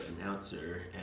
announcer